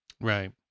right